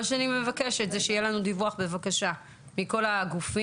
מה שאני מבקשת זה שיהיה לנו דיווח מכל הגופים,